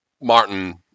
Martin